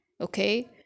Okay